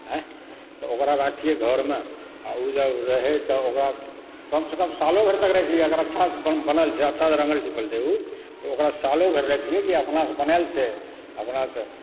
आँय तऽ ओकरा राखियै घरमे आ ओसभ रहय तब ओकरा कमसँ कम सालो भरि तक राखि लियै अगर अच्छासँ बनल छै अच्छा रङ्गल टिपल रहय ओ तऽ ओकरा सालो भरि रख लियै कि अपनासँ बनाओल छै अपनासँ